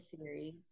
series